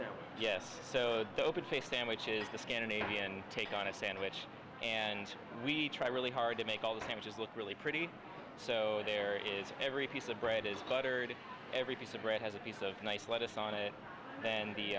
spaces yes so open face sandwich is the scandinavian take on a sandwich and we try really hard to make all the same just look really pretty so there is every piece of bread is buttered every piece of bread has a piece of nice lettuce on it and the